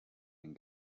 den